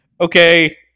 Okay